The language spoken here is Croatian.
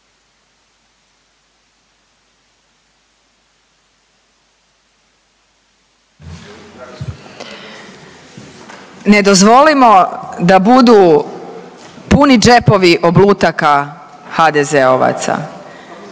Ne dozvolimo da budu puni džepovi oblutaka HDZ-ovaca,